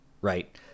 right